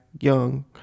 young